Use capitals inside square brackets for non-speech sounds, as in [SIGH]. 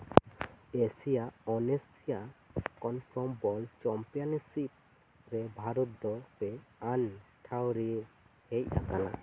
Asia-Oceania [UNINTELLIGIBLE] ᱵᱚᱞ championship ᱨᱮ ᱵᱷᱟᱨᱚᱛ ᱫᱚ ᱯᱮ ᱟᱱ ᱴᱷᱟᱶ ᱨᱮᱭ ᱦᱮᱡ ᱟᱠᱟᱱᱟ